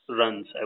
runs